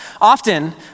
Often